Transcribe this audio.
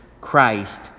Christ